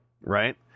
right